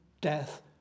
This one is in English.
death